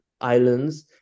islands